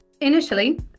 initially